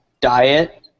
Diet